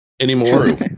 anymore